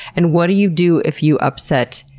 and what do you do if you upset